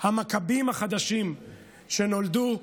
המכבים החדשים שנולדו,